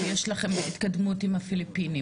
שיש לכם התקדמות עם הפיליפינים.